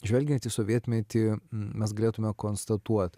žvelgiant į sovietmetį mes galėtume konstatuot